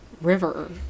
River